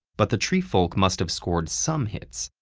but the treefolk must've scored some hits,